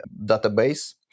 database